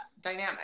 dynamic